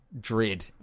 Dread